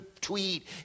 tweet